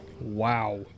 Wow